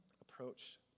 approach